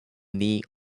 knee